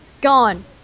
gone